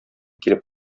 килеп